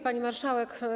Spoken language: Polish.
Pani Marszałek!